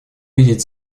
видеть